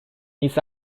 its